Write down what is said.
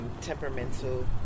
Temperamental